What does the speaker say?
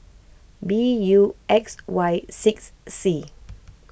B U X Y six C